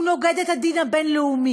הוא נוגד את הדין הבין-לאומי,